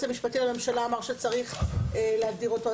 המשפטי לממשלה אמר שצריך להגדיר אותו,